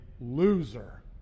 loser